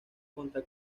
contra